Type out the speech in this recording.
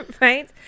right